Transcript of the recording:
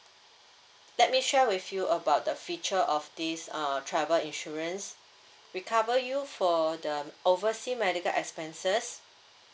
let me share with you about the feature of this uh travel insurance we cover you for the oversea medical expenses